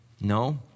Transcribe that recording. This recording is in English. No